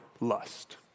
lust